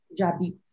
J'habite